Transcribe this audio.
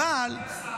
אבל --- אדוני השר,